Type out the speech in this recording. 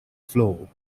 floor